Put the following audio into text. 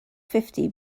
fifty